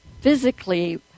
physically